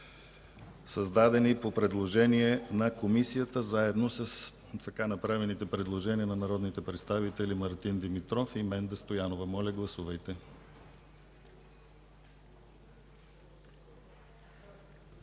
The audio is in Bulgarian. създадени по предложение на Комисията, заедно с така направените предложения на народните представители Мартин Димитров и Менда Стоянова. Моля, гласувайте. Гласували